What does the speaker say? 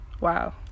Wow